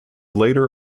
later